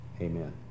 Amen